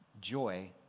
joy